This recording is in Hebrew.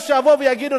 או שיבואו ויגידו,